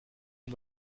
une